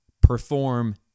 perform